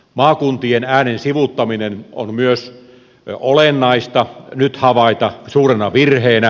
maakuntien äänen sivuuttaminen on myös olennaista nyt havaita suurena virheenä